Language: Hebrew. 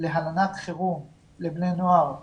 להבנת חירום לבני נוער בישראל,